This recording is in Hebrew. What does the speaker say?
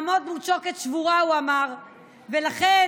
נעמוד מול שוקת שבורה, הוא אמר, ולכן